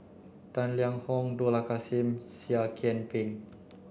Tang Liang Hong Dollah Kassim Seah Kian Peng